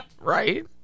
Right